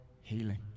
healing